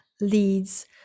leads